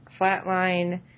flatline